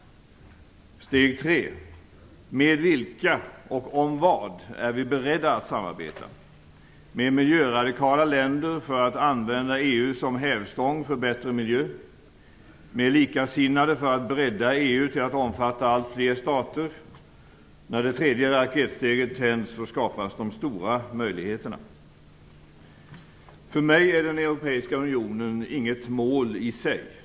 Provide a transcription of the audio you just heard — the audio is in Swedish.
Steg tre: Med vilka och om vad är vi beredda att samarbeta? Med miljöradikala länder för att använda EU som hävstång för bättre miljö? Med likasinnade för att bredda EU till att omfatta allt fler stater? När det tredje raketsteget tänds skapas de stora möjligheterna. För mig är den europeiska unionen inget mål i sig.